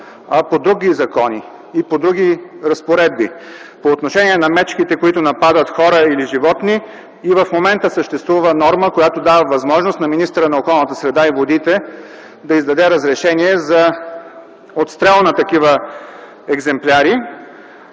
а по други закони и по други разпоредби. По отношение на мечките, които нападат хора или животни, и в момента съществува норма, която дава възможност на министъра на околната среда и водите да издаде разрешение за отстрел на такива екземпляри.